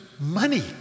money